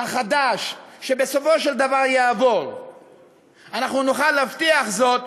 החדש שבסופו של דבר יעבור אנחנו נוכל להבטיח זאת,